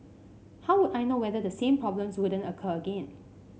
how would I know whether the same problems wouldn't occur again